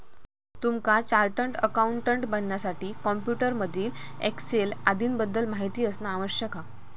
तुमका chartered accountant बनण्यासाठी computer मधील एक्सेल आदीं बद्दल माहिती असना आवश्यक हा